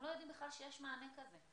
הם לא יודעים בכלל שיש מענה כזה.